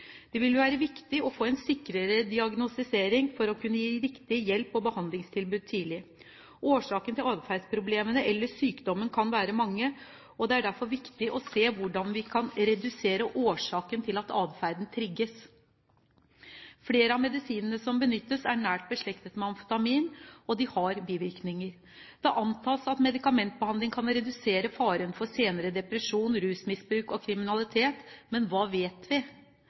Det vil være viktig å få en sikrere diagnostisering for å kunne gi riktig hjelp og behandlingstilbud tidlig. Årsaken til adferdsproblemene eller sykdommen kan være mange, og det er derfor viktig å se hvordan vi kan redusere årsaken til at adferden trigges. Flere av medisinene som benyttes, er nært beslektet med amfetamin, og de har bivirkninger. Det antas at medikamentbehandling kan redusere faren for senere depresjon, rusmisbruk og kriminalitet, men hva vet vi?